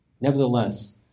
Nevertheless